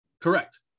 Correct